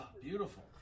Beautiful